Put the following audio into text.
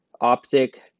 Optic